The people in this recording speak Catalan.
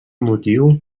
motiu